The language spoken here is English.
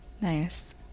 Nice